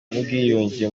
n’ubwiyunge